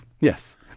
yes